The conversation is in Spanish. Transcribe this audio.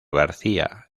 garcía